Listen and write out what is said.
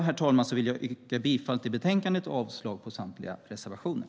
Jag yrkar bifall till förslaget i betänkandet och avslag på samtliga reservationer.